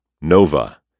Nova